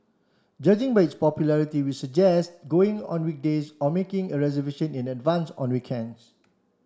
judging by its popularity we'd suggest going on weekdays or making a reservation in advance on weekends